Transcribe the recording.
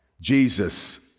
Jesus